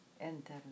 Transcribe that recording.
Enter